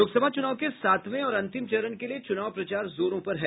लोकसभा चुनाव के सातवें और अंतिम चरण के लिये चुनाव प्रचार जोरों पर है